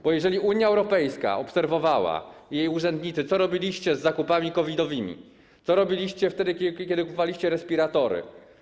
Bo jeżeli Unia Europejska obserwowała, jej urzędnicy, co robiliście z zakupami COVID-owymi, co robiliście wtedy, kiedy kupowaliście respiratory.